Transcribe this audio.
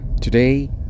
Today